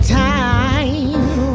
time